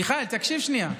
מיכאל, תקשיב שנייה,